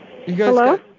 Hello